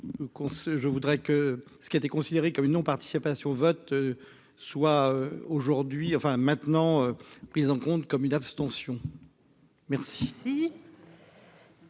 je voudrais que ce qui était considéré comme une non participation au vote. Soit aujourd'hui enfin maintenant. Prise en compte comme une abstention. Merci.